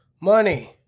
money